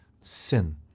sin